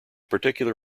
particular